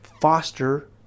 foster